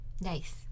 Nice